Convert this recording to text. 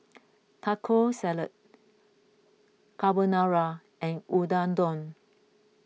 Taco Salad Carbonara and Unadon